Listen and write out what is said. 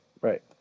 right